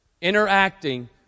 interacting